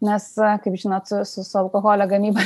nes kaip žinot su su su alkoholio gamyba